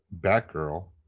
Batgirl